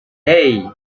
hey